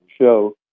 show